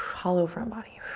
hollow front body.